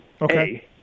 Okay